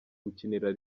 gukinira